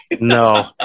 no